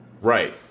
Right